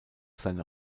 seiner